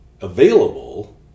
available